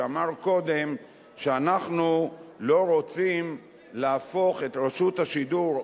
שאמר קודם שאנחנו לא רוצים להפוך את רשות השידור,